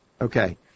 Okay